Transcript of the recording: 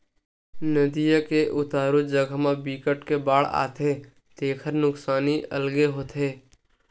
नदिया के उतारू जघा म बिकट के बाड़ आथे तेखर नुकसानी अलगे होथे